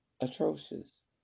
atrocious